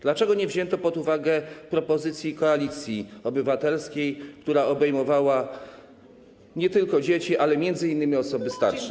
Dlaczego nie wzięto pod uwagę propozycji Koalicji Obywatelskiej, która obejmowała nie tylko dzieci, ale m.in. osoby starsze?